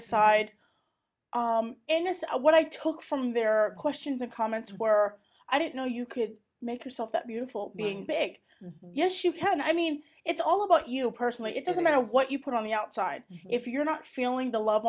that's what i took from their questions and comments were i didn't know you could make yourself that beautiful being big yes you can i mean it's all about you personally it doesn't matter what you put on the outside if you're not feeling the love